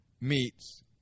meets